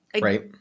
Right